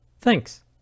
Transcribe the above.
Thanks